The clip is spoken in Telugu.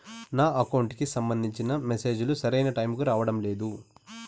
నా అకౌంట్ కి సంబంధించిన మెసేజ్ లు సరైన టైముకి రావడం లేదు